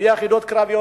ביחידות קרביות,